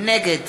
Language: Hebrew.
נגד